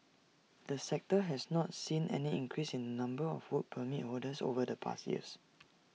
the sector has not seen any increase in the number of Work Permit holders over the past years